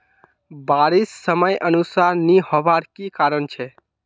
बारिश समयानुसार नी होबार की कारण छे?